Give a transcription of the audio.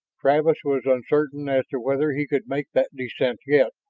travis was uncertain as to whether he could make that descent yet,